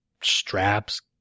straps